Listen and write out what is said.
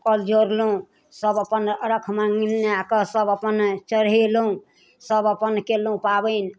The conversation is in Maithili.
कल जोड़लहुँ सब अपन अर्घमे सब अपन चढ़ेलहुँ सब अपन केलहुँ पाबैन